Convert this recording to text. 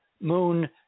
moon